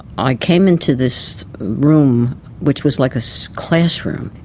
i came into this room which was like a so classroom,